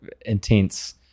intense